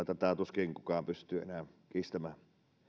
tätä tuskin kukaan pystyy enää kiistämään